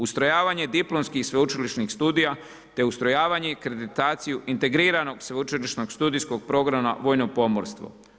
Ustrojavanje diplomskih sveučilišnih studija te ustrojavanje i prezentaciju integriranog sveučilišnog studijskog programa vojno pomorstvo.